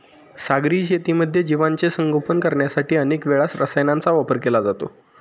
सागरी शेतीमध्ये जीवांचे संगोपन करण्यासाठी अनेक वेळा रसायनांचा वापर केला जातो